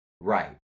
Right